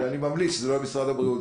אני ממליץ שזה לא יהיה משרד הבריאות.